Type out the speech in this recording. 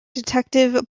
detective